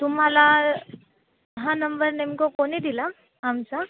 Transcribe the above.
तुम्हाला हा नंबर नेमका कोणी दिला आमचा